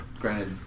granted